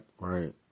right